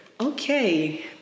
okay